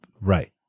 Right